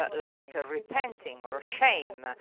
ah like repenting or shame.